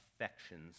affections